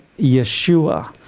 Yeshua